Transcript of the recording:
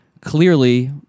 clearly